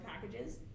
packages